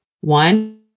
One